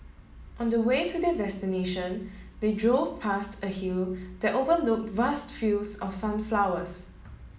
on the way to their destination they drove past a hill that overlooked vast fields of sunflowers